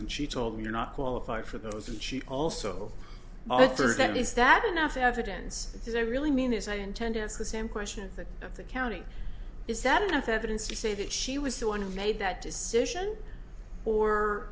and she told me you're not qualified for those and she also altered that is that enough evidence is i really mean is i intend to ask the same question of the county is that enough evidence to say that she was the one who made that is vision or